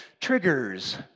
triggers